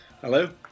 Hello